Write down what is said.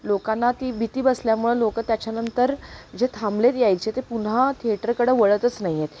लोकांना ती भीती बसल्यामुळं लोक त्याच्यानंतर जे थांबलेत यायचे ते पुन्हा थिएटरकडं वळतच नाही आहेत